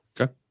okay